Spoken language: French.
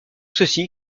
ceci